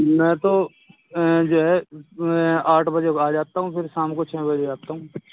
میں تو جو ہے آٹھ بجے آ جاتا ہوں پھر شام کو چھ بجے آتا ہوں